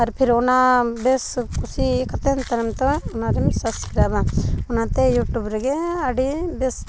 ᱟᱨ ᱯᱷᱮᱨ ᱚᱱᱟ ᱵᱮᱥ ᱠᱩᱥᱤ ᱤᱭᱟᱹ ᱠᱟᱛᱮᱱ ᱛᱟᱭᱱᱚᱢ ᱛᱮ ᱚᱱᱟᱨᱮᱢ ᱥᱟᱵᱥᱠᱨᱟᱭᱤᱵᱟ ᱚᱱᱟᱛᱮ ᱤᱭᱩᱴᱩᱵᱽ ᱨᱮᱜᱮ ᱟᱹᱰᱤ ᱵᱮᱥ